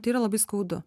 tai yra labai skaudu